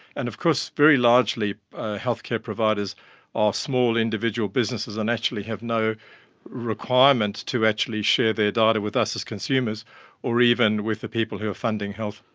and of course very largely healthcare providers are small individual businesses and actually have no requirement to actually share their data with us as consumers or even with the people who are funding health.